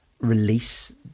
release